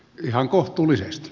ihan kohtuullisesti